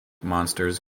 monsters